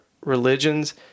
religions